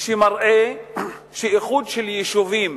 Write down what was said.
שמראה שאיחוד של יישובים